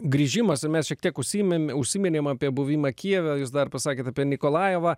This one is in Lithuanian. grįžimas mes šiek tiek užsiėmėm užsiminėm apie buvimą kijeve o jūs dar pasakėt apie nikolajevą